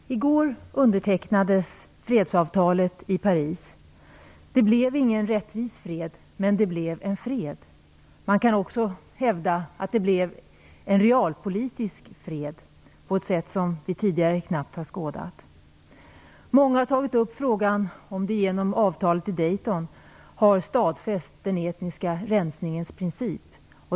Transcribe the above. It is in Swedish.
Herr talman! I går undertecknades fredsavtalet i Paris. Det blev ingen rättvis fred, men det blev en fred. Man kan också hävda att det blev en realpolitisk fred på ett sätt som vi tidigare knappt har skådat. Många har tagit upp frågan om man genom avtalet i Dayton har stadfäst den etniska resningens princip.